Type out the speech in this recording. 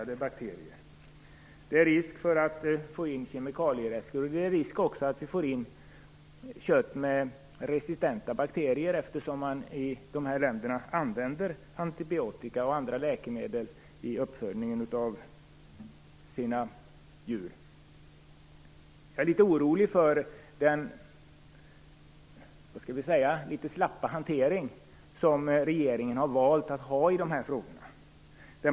Det finns också en risk att vi får in kemikalierester och kött med resistenta bakterier, eftersom man i andra länder använder antibiotika och andra läkemedel i uppfödningen av djuren. Jag är litet orolig för den, skall vi säga litet slappa, hantering som regeringen har valt att ha i dessa frågor.